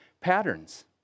patterns